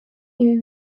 ibi